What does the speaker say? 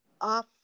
off